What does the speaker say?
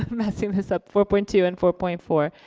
messing this up, four point two and four point four.